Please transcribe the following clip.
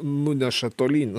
nuneša tolyn